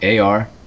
AR